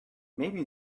maybe